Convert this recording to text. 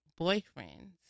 boyfriends